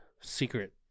secret